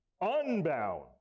unbound